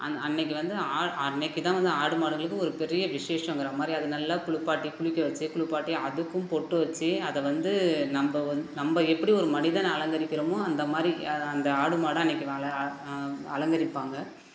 an அன்றைக்கு வந்து ஆ அன்றைக்கி தான் வந்து ஆடு மாடுங்களுக்கு ஒரு பெரிய விசேஷம்ங்கிற மாதிரி அது நல்லா குளிப்பாட்டி குளிக்க வெச்சு குளிப்பாட்டி அதுக்கும் பொட்டு வெச்சு அதை வந்து நம்ப வந்து நம்ப எப்படி ஒரு மனிதனை அலங்கரிக்கிறோமோ அந்த மாதிரி அதை அந்த ஆடு மாடை அன்றைக்கி அல அலங்கரிப்பாங்க